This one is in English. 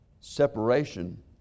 separation